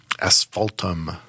asphaltum